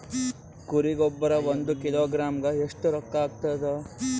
ಕುರಿ ಗೊಬ್ಬರ ಒಂದು ಕಿಲೋಗ್ರಾಂ ಗ ಎಷ್ಟ ರೂಕ್ಕಾಗ್ತದ?